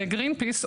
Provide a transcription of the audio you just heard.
בגרינפיס,